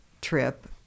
trip